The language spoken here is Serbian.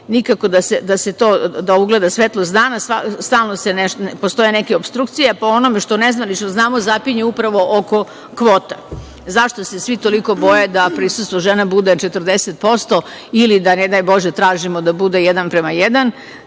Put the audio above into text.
nikako da ugleda to svetlost dana, stalno postoje neke opstrukcije. Po onome što nezvanično znamo, zapinje upravo oko kvota. Zašto se svi toliko boje da prisustvo žena bude 40 posto ili da ne daj Bože da tražimo da bude 1: 1